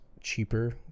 cheaper